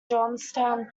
johnstown